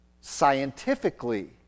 scientifically